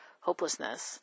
hopelessness